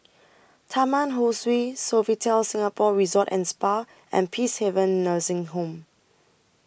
Taman Ho Swee Sofitel Singapore Resort and Spa and Peacehaven Nursing Home